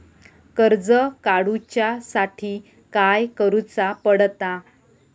कर्ज काडूच्या साठी काय करुचा पडता?